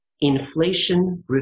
Inflation